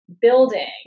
building